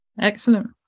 Excellent